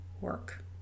work